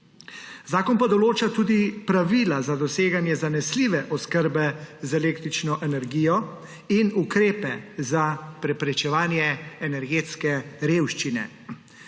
Zakon pa določa tudi pravila za doseganje zanesljive oskrbe z električno energijo in ukrepe za preprečevanje energetske revščine.